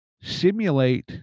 simulate